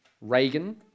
Reagan